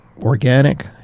organic